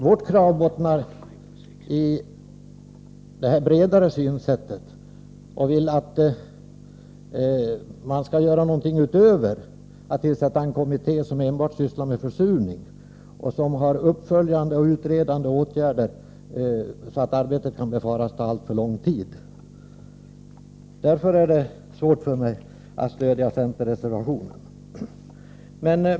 Vårt krav bottnar i det bredare synsättet att man skall göra någonting utöver att tillsätta en kommitté som enbart sysslar med försurning och som dessutom har uppföljande och utredande uppgifter som gör att arbetet kan befaras ta alltför lång tid. Därför är det svårt för mig att stödja centerreservationen.